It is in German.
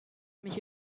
mich